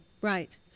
Right